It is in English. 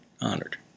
honored